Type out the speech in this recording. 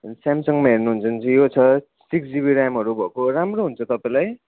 हुन् स्यामसङमा हेर्नुहुन्छ भने चाहिँ यो छ सिक्स जिभी र्यामहरू भएको राम्रो हुन्छ तपाईँलाई